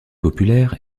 populaire